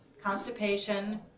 Constipation